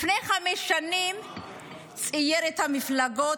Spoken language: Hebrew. לפני חמש שנים הוא תיאר את המפלגות.